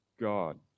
god